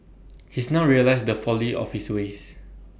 he's now realised the folly of his ways